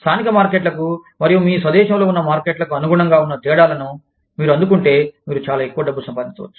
స్థానిక మార్కెట్లకు మరియు మీ స్వదేశంలో ఉన్న మార్కెట్లకు అనుగుణంగా వున్న తేడాలను మీరు అందుకుంటే మీరు చాలా ఎక్కువ డబ్బు సంపాదించవచ్చు